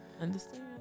Understand